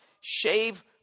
Shave